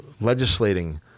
legislating